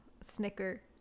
snicker